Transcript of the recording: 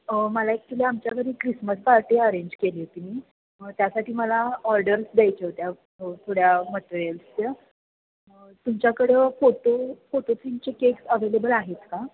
मला ॲक्चुली आमच्या घरी क्रिसमस पार्टी अरेंज केली होती मी त्यासाठी मला ऑर्डर्स द्यायच्या होत्या थोड्या मटेरियल्सचे तुमच्याकडं फोटो फोटो थीमचे केक्स अवेलेबल आहेत का